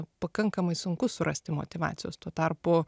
pakankamai sunku surasti motyvacijos tuo tarpu